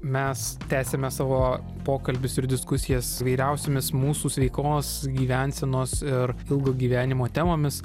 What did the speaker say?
mes tęsiame savo pokalbius ir diskusijas įvairiausiomis mūsų sveikos gyvensenos ir ilgo gyvenimo temomis